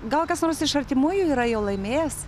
gal kas nors iš artimųjų yra jau laimėjęs